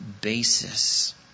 basis